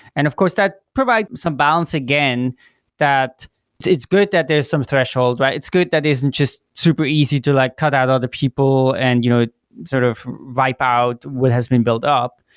and of course, that provides some balance again that it's it's good that there's some threshold, it's good that isn't just super easy to like cut out other people and you know sort of wipe out what has been built up.